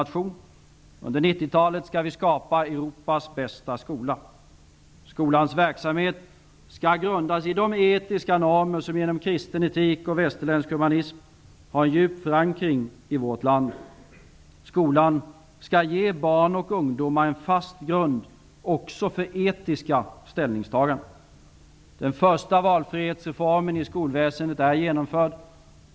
Under 1990-talet skall vi skapa Europas bästa skola. Skolans verksamhet skall grundas i de etiska normer som genom kristen etik och västerländsk humanism har en djup förankring i vårt land. Skolan skall ge barn och ungdomar en fast grund också för etiska ställningstaganden. Den första valfrihetsreformen inom skolväsendet är genomförd.